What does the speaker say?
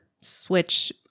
switch